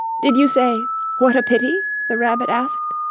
did you say what a pity! the rabbit asked.